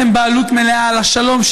לקחתם בעלות מלאה על השלום,